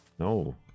No